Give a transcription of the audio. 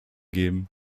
geben